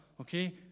Okay